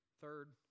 Third